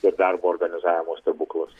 ir darbo organizavimo stebuklas